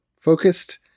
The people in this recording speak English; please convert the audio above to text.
focused